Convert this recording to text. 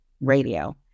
radio